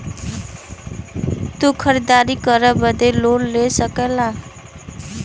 तू खरीदारी करे बदे लोन ले सकला